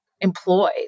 employ